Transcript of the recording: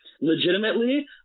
Legitimately